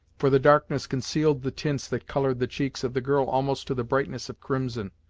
for the darkness concealed the tints that colored the cheeks of the girl almost to the brightness of crimson,